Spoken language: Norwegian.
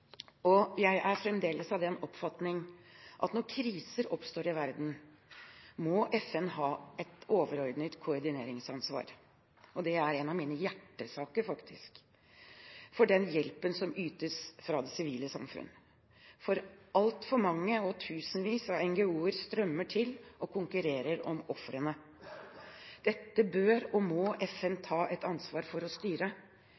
og jeg er fremdeles av den oppfatning at når kriser oppstår i verden, må FN ha et overordnet koordineringsansvar – dette er faktisk en av mine hjertesaker – for den hjelpen som ytes fra det sivile samfunn. Altfor mange – og tusenvis av NGO-er – strømmer til og konkurrerer om ofrene. Dette bør og må FN